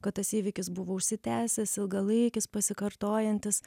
kad tas įvykis buvo užsitęsęs ilgalaikis pasikartojantis